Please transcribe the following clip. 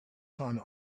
time